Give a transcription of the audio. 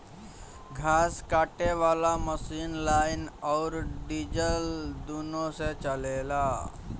घास काटे वाला मशीन लाइन अउर डीजल दुनों से चलेला